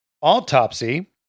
autopsy